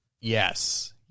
Yes